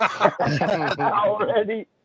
Already